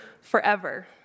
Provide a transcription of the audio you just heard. forever